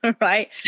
Right